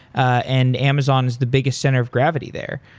and amazon is the biggest center of gravity there.